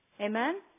Amen